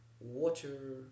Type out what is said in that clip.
Water